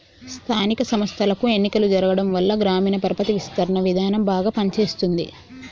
స్థానిక సంస్థలకు ఎన్నికలు జరగటంవల్ల గ్రామీణ పరపతి విస్తరణ విధానం బాగా పని చేస్తుంది